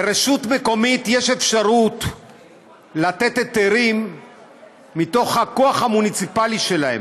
לרשות מקומית יש אפשרות לתת היתרים מתוך הכוח המוניציפלי שלה,